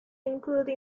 include